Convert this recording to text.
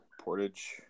Portage